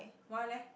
why leh